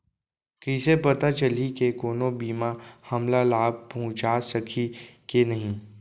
कइसे पता चलही के कोनो बीमा हमला लाभ पहूँचा सकही के नही